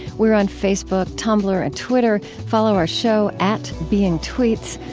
we're on facebook, tumblr, and twitter. follow our show at beingtweets.